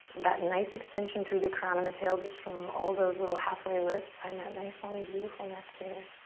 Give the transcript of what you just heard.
that nice extension through the crown and the tail just from all those little halfway lifts. find that nice, long beautiful neck here.